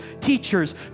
teachers